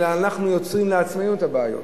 אלא אנחנו יוצרים לעצמנו את הבעיות.